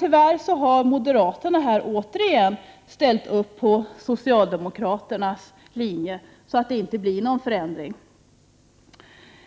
Tyvärr har moderaterna återigen ställt upp på socialdemokraternas linje, så att det inte blir någon förändring.